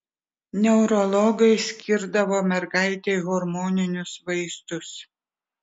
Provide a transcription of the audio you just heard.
neurologai skirdavo mergaitei hormoninius vaistus